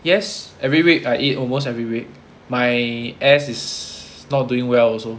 yes every week I eat almost every week my ass is not doing well also